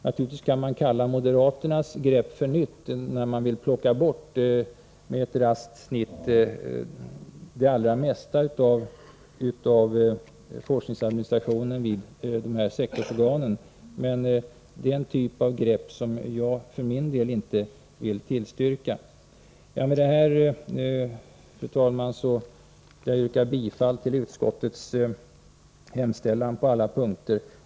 Naturligtvis kan man kalla moderaternas grepp för nytt, när man med ett raskt snitt vill plocka bort det allra mesta av forskningsadministrationen vid sektorsorganen. Men det är en typ av grepp som jag för min del inte vill tillstyrka. Med detta, fru talman, yrkar jag bifall till utskottets hemställan på alla punkter.